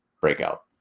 breakout